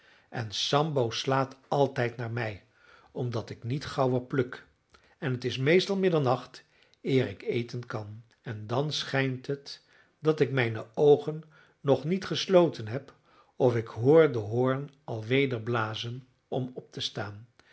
en sambo slaat altijd naar mij omdat ik niet gauwer pluk en het is meestal middernacht eer ik eten kan en dan schijnt het dat ik mijne oogen nog niet gesloten heb of ik hoor den hoorn al weder blazen om op te staan